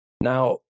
Now